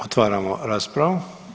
Otvaramo raspravu.